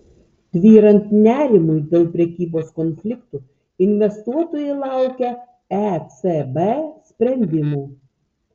tvyrant nerimui dėl prekybos konfliktų investuotojai laukia ecb sprendimų